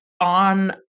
on